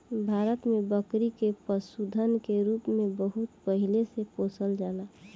भारत में बकरी के पशुधन के रूप में बहुत पहिले से पोसल जाला